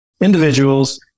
individuals